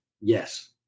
Yes